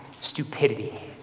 stupidity